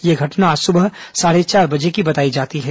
यह घटना आज सुबह साढ़े चार बजे की बताई जाती है